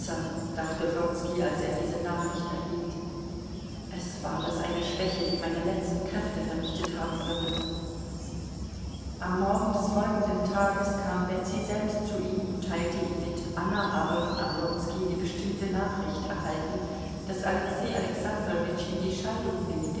dachte wronski als er diese nachricht erhielt es war das eine schwäche die meine letzten kräfte vernichtet haben würde am morgen des folgenden tages kam betsy selbst zu ihm und teilte ihm mit anna habe von oblonski die bestimmte nachricht erhalten daß alexei alexandrowitsch in die scheidung willige